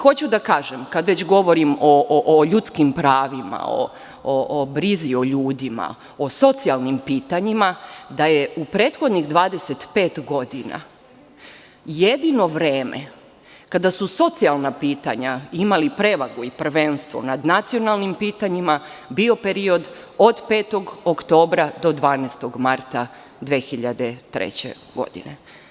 Hoću da kažem, kad već govorim o ljudskim pravima, o brizi o ljudima, o socijalnim pitanjima da je u prethodnih 25 godina jedino vreme kada su socijalna pitanja imala prevagu i prvenstvo nad nacionalnim pitanjima bio period od 5. oktobra do 12. marta 2003. godine.